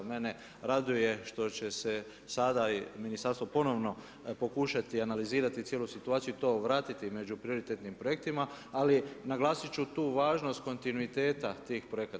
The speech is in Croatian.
Mene raduje što će se sada ministarstvo ponovno pokušati analizirati cijelu situaciju i to vratiti među prioritetnim projektima ali naglasiti ću tu važnost kontinuiteta tih projekata.